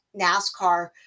NASCAR